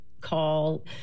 call